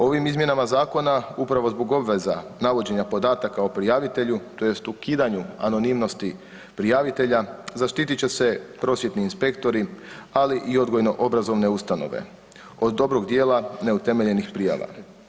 Ovim izmjenama zakona upravo zbog obveza navođenja podataka o prijavitelju, tj. ukidanju anonimnosti prijavitelja zaštitit će se prosvjetni inspektori ali i odgojno-obrazovne ustanove od dobrog dijela neutemeljenih prijava.